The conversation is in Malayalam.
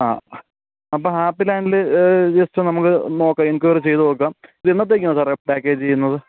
ആ അപ്പം ഹാപ്പിലാൻഡിൽ ജസ്റ്റ് നമുക്ക് നോക്കാം എൻക്വയറി ചെയ്തുനോക്കാം ഇതെന്നെത്തേക്കാണ് സാറേ പാക്കേജ് ചെയ്യുന്നത്